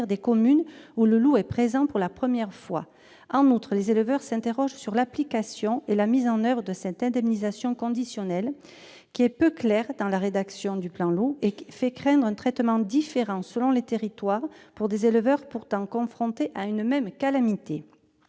des communes où le loup est présent pour la première fois. En outre, les éleveurs s'interrogent sur l'application et la mise en oeuvre de cette indemnisation conditionnelle. Peu claire, la rédaction du plan Loup fait craindre un traitement différent selon les territoires pour des éleveurs pourtant confrontés à une même calamité.